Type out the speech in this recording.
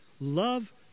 love